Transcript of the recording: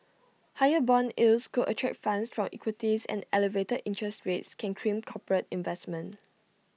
higher Bond yields could attract funds from equities and elevated interest rates can crimp corporate investment